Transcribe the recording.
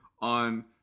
on